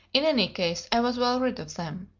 in any case i was well rid of them.